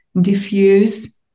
diffuse